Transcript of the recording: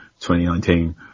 2019